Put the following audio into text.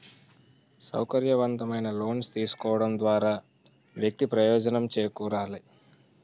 సౌకర్యవంతమైన లోన్స్ తీసుకోవడం ద్వారా వ్యక్తి ప్రయోజనం చేకూరాలి